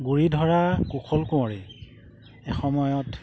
গুৰি ধৰা কুশল কোঁৱৰে এসময়ত